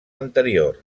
anteriors